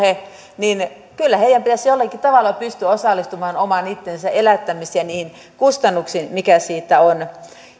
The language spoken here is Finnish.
niin kyllä heidän pitäisi jollakin tavalla pystyä osallistumaan oman itsensä elättämiseen niihin kustannuksiin mitä siitä on